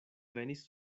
venis